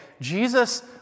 Jesus